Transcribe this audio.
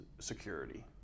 security